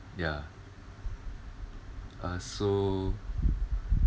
ya uh so